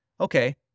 Okay